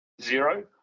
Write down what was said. zero